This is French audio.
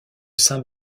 saint